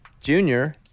Junior